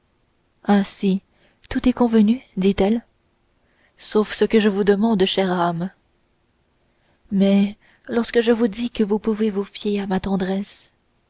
ainsi tout est convenu dit-elle sauf ce que je vous demande chère âme mais lorsque je vous dis que vous pouvez vous fier à ma tendresse